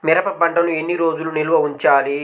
మిరప పంటను ఎన్ని రోజులు నిల్వ ఉంచాలి?